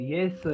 Yes